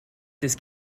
this